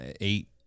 eight